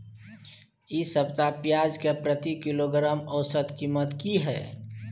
इ सप्ताह पियाज के प्रति किलोग्राम औसत कीमत की हय?